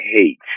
hate